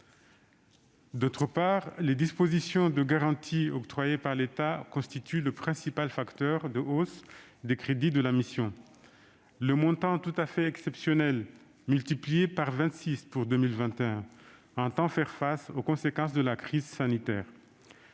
D'autre part, les garanties octroyées par l'État constituent le principal facteur de hausse des crédits de la mission. Ce montant tout à fait exceptionnel, multiplié par 26 pour 2021, vise à faire face aux conséquences de la crise sanitaire.